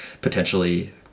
potentially